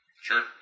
Sure